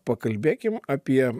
pakalbėkim apie